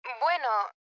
Bueno